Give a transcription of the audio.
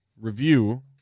review